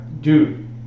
dude